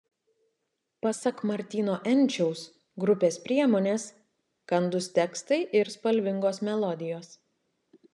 pasak martyno enčiaus grupės priemonės kandūs tekstai ir spalvingos melodijos